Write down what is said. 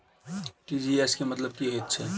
TGS केँ मतलब की हएत छै?